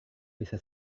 bisa